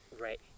Right